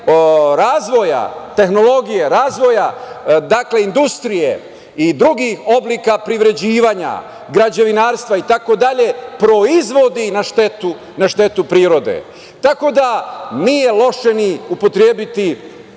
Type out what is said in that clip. razvoja, tehnologije i razvoja, dakle, industrije i drugih oblika privređivanja, građevinarstva, proizvodi na štetu prirode. Nije loše ni upotrebiti